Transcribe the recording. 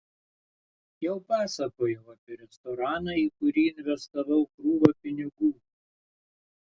jau pasakojau apie restoraną į kurį investavau krūvą pinigų